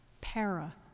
para